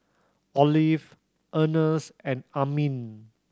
Olive Ernst and Amin